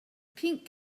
pink